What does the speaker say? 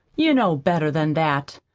you know better than that!